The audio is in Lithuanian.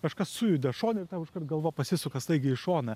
kažkas sujuda šone ir tau iškart galva pasisuka staigiai į šoną